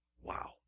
Wow